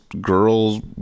girls